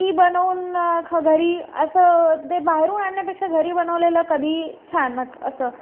ती बनवून ख घरी असं ते बाहेरून आणण्यापेक्षा घरी बनवलेलं कधीही छानच असं